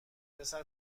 پسر